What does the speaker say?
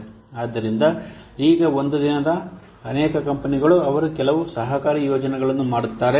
ಆದ್ದರಿಂದ ಈಗ ಒಂದು ದಿನದ ಅನೇಕ ಕಂಪನಿಗಳು ಅವರು ಕೆಲವು ಸಹಕಾರಿ ಯೋಜನೆಗಳನ್ನು ಮಾಡುತ್ತಾರೆ